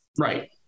Right